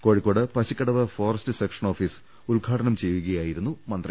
Kozhikode Pasukkadavu forest section office ഉദ്ഘാടനം ചെയ്യുകയായിരുന്നു മന്ത്രി